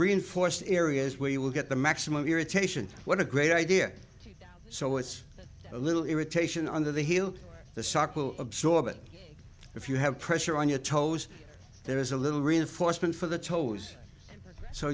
reinforced areas where you will get the maximum irritation what a great idea so it's a little irritation under the heel the sock will absorb and if you have pressure on your toes there's a little reinforcement for the toes so